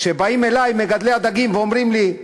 כשבאים אלי מגדלי הדגים ואומרים לי: